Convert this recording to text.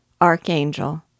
Archangel